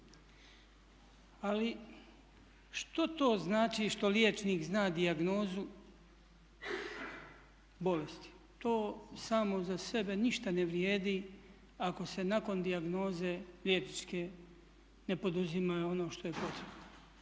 Ali što to znači što liječnik zna dijagnozu bolesti? To samo za sebe ništa ne vrijedi ako se nakon dijagnoze liječničke ne poduzima ono što je potrebno.